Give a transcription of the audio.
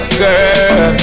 girl